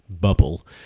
bubble